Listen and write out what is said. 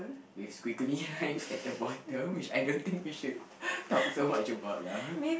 with squiggly lines at the bottom which I don't think we should talk so much about lah